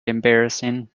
embarrassing